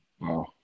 Wow